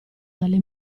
dalle